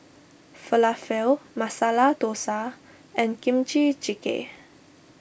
Falafel Masala Dosa and Kimchi Jjigae